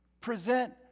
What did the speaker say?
present